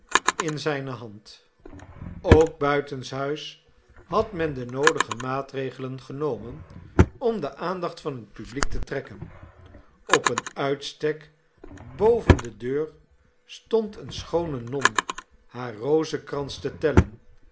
in zijne hand ook buitenshuis had men de noodige maatregelen genomen om de aandacht van het publiek te trekken op een uitstek boven de deur stond eene schoone non haar rozenkrans te tellen